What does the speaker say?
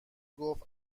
گفت